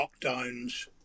lockdowns